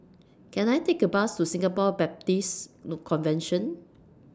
Can I Take A Bus to Singapore Baptist Convention